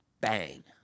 bang